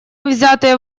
взятые